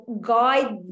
guide